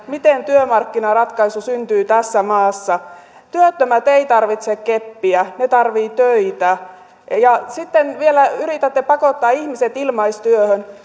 miten työmarkkinaratkaisu syntyy tässä maassa työttömät eivät tarvitse keppiä he tarvitsevat töitä sitten vielä yritätte pakottaa ihmiset ilmaistyöhön